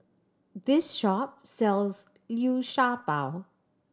this shop sells Liu Sha Bao